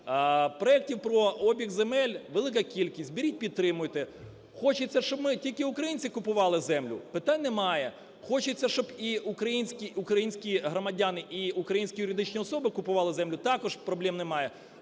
Проектів про обіг земель велика кількість, беріть підтримуйте. Хочеться, щоб ми, тільки українці купували землю? Питань немає. Хочеться, щоб і українські громадяни, і українські юридичні особи купували землю? Також проблем немає.